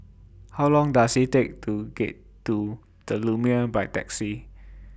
How Long Does IT Take to get to The Lumiere By Taxi